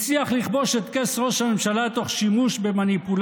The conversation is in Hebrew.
הצליח לכבוש את כס ראש הממשלה תוך שימוש במניפולציות